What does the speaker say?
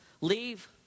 leave